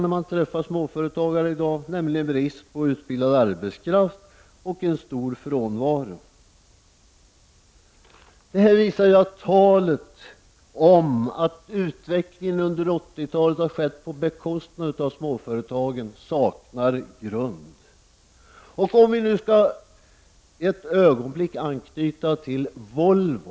Vi räknar med att öka till 65 anställda.” Detta visar att talet om att utvecklingen under 80-talet har skett på bekostnad av småföretagen saknar grund. Låt oss för ett ögonblick anknyta till Volvo.